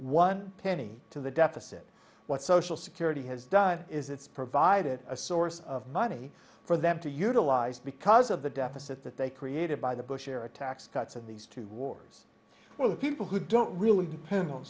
one penny to the deficit what social security has done is it's provided a source of money for them to utilize because of the deficit that they created by the bush era tax cuts and these two wars well the people who don't really depend on